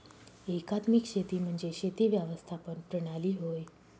एकात्मिक शेती म्हणजे शेती व्यवस्थापन प्रणाली होय